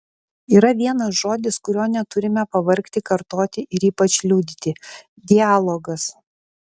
yra vienas žodis kurio neturime pavargti kartoti ir ypač liudyti dialogas